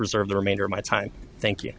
reserve the remainder of my time thank you